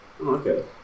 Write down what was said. Okay